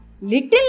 Little